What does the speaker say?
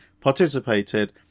participated